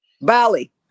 Bali